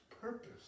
purpose